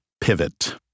pivot